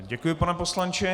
Děkuji, pane poslanče.